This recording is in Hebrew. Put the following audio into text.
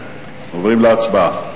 עוברים להצבעה.